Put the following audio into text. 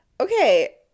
Okay